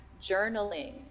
journaling